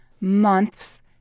Months